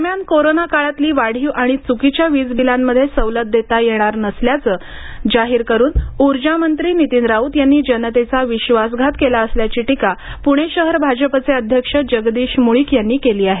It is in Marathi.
दरम्यान कोरोना काळातली वाढीव आणि चुकीच्या वीज बिलांमध्ये सवलत देता येणार नसल्याचं जाहीर करून ऊर्जामंत्री नीतीन राऊत यांनी जनतेचा विश्वासघात केला असल्याची टीका पुणे शहर भाजपाचे अध्यक्ष जगदीश मुळीक यांनी केली आहे